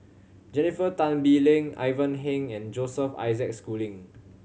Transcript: Jennifer Tan Bee Leng Ivan Heng and Joseph Isaac Schooling